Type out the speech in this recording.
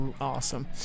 Awesome